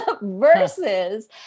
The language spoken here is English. versus